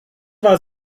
war